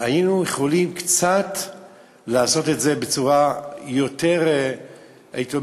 היינו יכולים לעשות את זה בצורה קצת יותר מרווחת,